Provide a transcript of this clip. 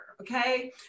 okay